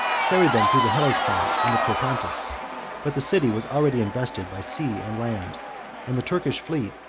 carried them through the hellespont and the propontis but the city was already invested by sea and land and the turkish fleet,